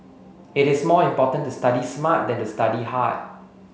it is more important to study smart than to study hard